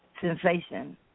Sensation